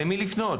למי לפנות?